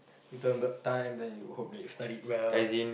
you turn back time then you hope that you studied well